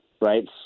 right